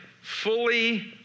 fully